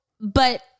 but-